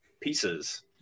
pieces